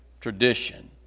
tradition